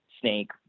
snake